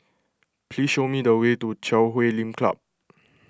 please show me the way to Chui Huay Lim Club